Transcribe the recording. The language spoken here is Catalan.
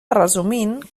resumint